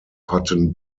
cotton